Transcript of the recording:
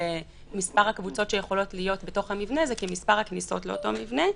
ומספר הקבוצות שיכולות להיות בתוך המבנה זה כמספר הכניסות לאותו מבנה.